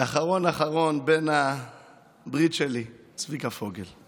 ואחרון אחרון בן הברית שלי צביקה פוגל.